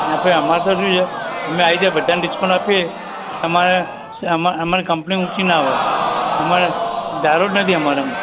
ના ભાઈ અમારે તો શું છે અમે આવી રીતે બધાને ડિસ્કાઉન્ટ આપીએ અમારે અમારે કંપની ઊંચી ન આવે અમારે ધારો જ નથી અમારે એમ